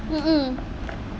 mmhmm